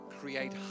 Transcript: create